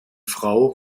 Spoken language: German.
frau